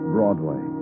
Broadway